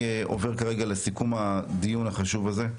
עובר לסיכום הדיון החשוב הזה,